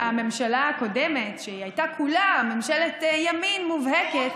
הממשלה הקודמת, שהייתה כולה ממשלת ימין מובהקת,